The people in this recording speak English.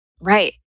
Right